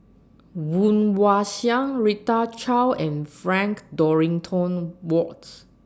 Woon Wah Siang Rita Chao and Frank Dorrington Wards